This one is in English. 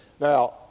Now